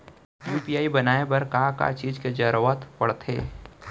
UPI बनाए बर का का चीज के जरवत पड़थे?